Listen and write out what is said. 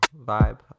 vibe